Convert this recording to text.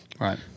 Right